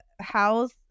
house